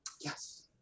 Yes